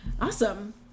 awesome